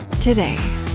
today